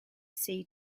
sea